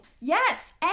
Yes